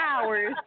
hours